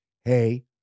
hey